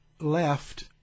left